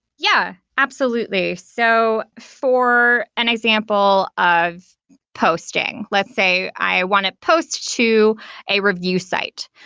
yeah, absolutely. so for an example of posting, let's say i want to post to a review site.